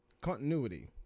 continuity